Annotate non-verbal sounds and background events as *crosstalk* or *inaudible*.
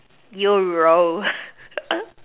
you're *laughs*